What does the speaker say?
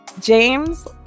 James